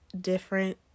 different